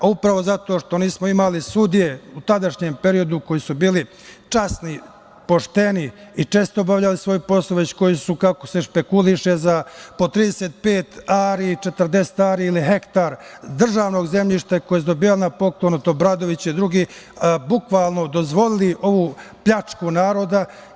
Upravo zato što nismo imali sudije u tadašnjem periodu koji su bili časni, pošteni i čestito obavljali svoj posao, već koji su kako se špekuliše, za po 35 ari, 40 ari ili hektar državnog zemljišta koje su dobijali na poklon od Obradovića i drugih, bukvalno dozvolili ovu pljačku naroda.